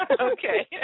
Okay